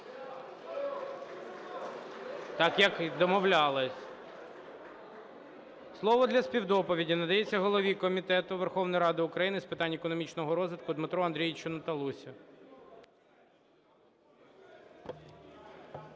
Так, як і домовлялись. Слово для співдоповіді надається голові Комітету Верховної Ради України з питань економічного розвитку Дмитру Андрійовичу Наталусі.